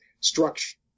structure